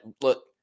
look